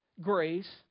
grace